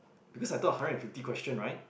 because I thought a hundred and fifty question right